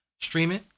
streaming